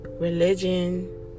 religion